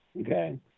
Okay